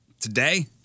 today